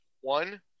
One